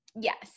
Yes